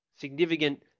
Significant